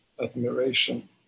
admiration